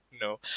no